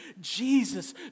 Jesus